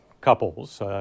couples